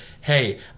Hey